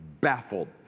baffled